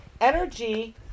energy